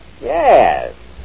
Yes